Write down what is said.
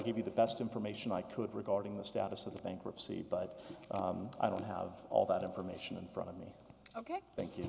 give you the best information i could regarding the status of the bankruptcy but i don't have all that information in front of me ok thank you